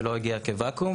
זה לא הגיע כוואקום,